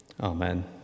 Amen